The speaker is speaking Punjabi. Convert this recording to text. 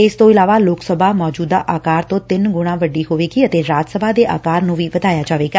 ਇਸ ਤੋਂ ਇਲਾਵਾ ਲੋਕ ਸਭਾ ਮੌਜੂਦਾ ਆਕਾਰ ਤੋਂ ਤਿੰਨ ਗੁਣਾ ਵੱਡੀ ਹੋਵੇਗੀ ਅਤੇ ਰਾਜ ਸਭਾ ਦੇ ਆਕਾਰ ਨੂੰ ਵੀ ਵਧਾਇਆ ਜਾਵੇਗਾ